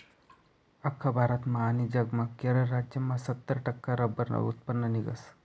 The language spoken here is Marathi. आख्खा भारतमा आनी जगमा केरळ राज्यमा सत्तर टक्का रब्बरनं उत्पन्न निंघस